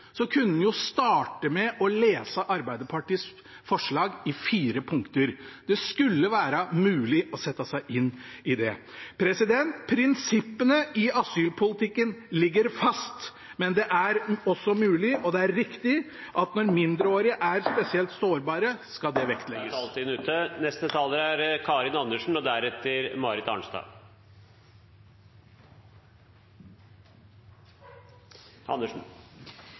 kunne han starte med å lese Arbeiderpartiets forslag, i fire punkter. Det skulle være mulig å sette seg inn i det. Prinsippene i asylpolitikken ligger fast, men det er også mulig – og det er riktig – at når mindreårige er spesielt sårbare, skal det vektlegges. Det er flere som har etterlyst hvorfor vi ikke behandler disse sakene i komité. Poenget er